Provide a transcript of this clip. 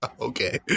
okay